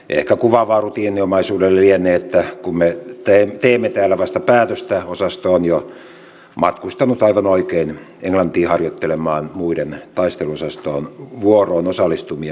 ehkä kuvaavaa rutiininomaisuudelle lienee että kun me teemme täällä vasta päätöstä osasto on jo matkustanut aivan oikein englantiin harjoittelemaan muiden taisteluosaston vuoroon osallistuvien maiden kanssa